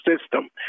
system